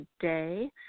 today